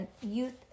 youth